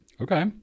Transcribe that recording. Okay